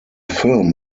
film